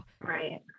Right